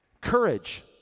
Courage